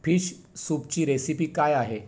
fish सूपची recipe काय आहे